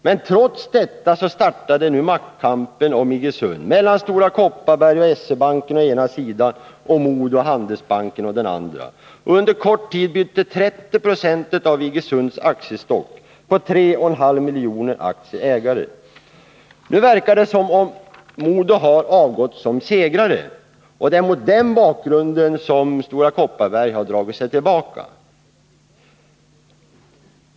Men trots detta startade maktkampen om Iggesund mellan Stora Kopparberg och SE-banken å ena sidan och MoDo och Handelsbanken å den andra. Under kort tid bytte 3026 av Iggesunds aktiestock på 3,5 miljoner aktier ägare. Nu verkar det som om MoDo avgått som segrare. Det är mot den bakgrunden som Stora Kopparberg har dragit sig tillbaka.